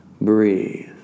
Breathe